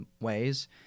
ways